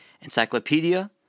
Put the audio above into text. encyclopedia